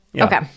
Okay